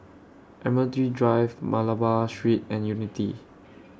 Admiralty Drive Malabar Street and Unity